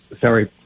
sorry